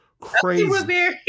crazy